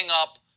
up